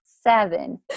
seven